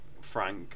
Frank